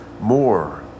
more